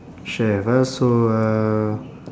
chef ah so uh